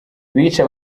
bica